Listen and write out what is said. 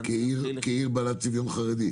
שתקדם את שפיר כעיר בעלת צביון חרדי.